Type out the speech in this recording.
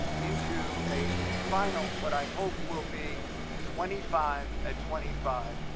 into a final what i hope will be twenty five at twenty five,